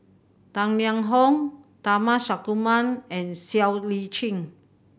Tang Liang Hong Tharman Shanmugaratnam and Siow Lee Chin